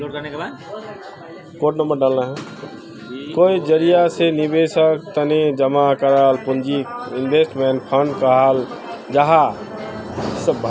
कई जरिया से निवेशेर तने जमा कराल पूंजीक इन्वेस्टमेंट फण्ड कहाल जाहां